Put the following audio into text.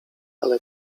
ale